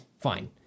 Fine